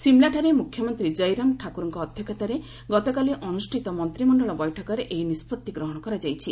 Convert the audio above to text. ସିମ୍ଲାଠାରେ ମୁଖ୍ୟମନ୍ତ୍ରୀ ଜୟୀରାମ ଠାକୁରଙ୍କ ଅଧ୍ୟକ୍ଷତାରେ ଗତକାଲି ଅନୁଷ୍ଠିତ ମନ୍ତ୍ରିମଣ୍ଡଳ ବୈଠକରେ ଏହି ନିଷ୍ପଭି ଗ୍ରହଣ କରାଯାଇଛି